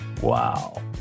Wow